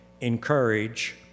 encourage